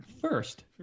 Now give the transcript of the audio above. First